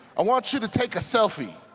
i want you to take a selfie,